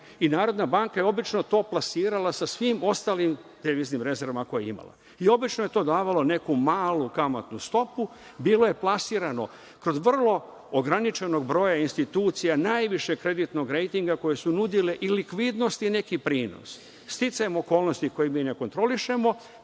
I Narodna banka je obično to plasirala sa svim ostalim deviznim rezervama koje je imala. Obično je to davalo neku malu kamatnu stopu, bilo je plasirano kroz vrlo ograničeni broj institucija najvišeg kreditnog rejtinga koje su nudile i likvidnost i neki prinos. Sticajem okolnosti, koji mi ne kontrolišemo,